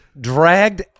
dragged